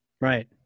Right